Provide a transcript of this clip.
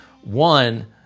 One